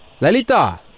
Lalita